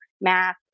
math